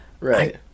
Right